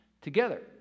together